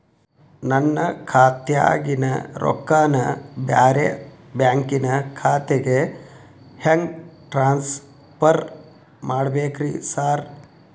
ನನ್ನ ಖಾತ್ಯಾಗಿನ ರೊಕ್ಕಾನ ಬ್ಯಾರೆ ಬ್ಯಾಂಕಿನ ಖಾತೆಗೆ ಹೆಂಗ್ ಟ್ರಾನ್ಸ್ ಪರ್ ಮಾಡ್ಬೇಕ್ರಿ ಸಾರ್?